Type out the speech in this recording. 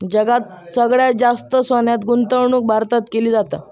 जगात सगळ्यात जास्त सोन्यात गुंतवणूक भारतात केली जाता